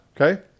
Okay